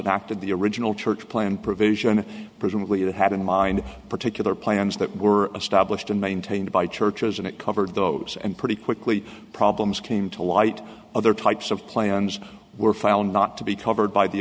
adopted the original church plan provision presumably that had in mind particular plans that were established and maintained by churches and it covered those and pretty quickly problems came to light other types of plans were found not to be covered by the